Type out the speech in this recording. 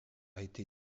été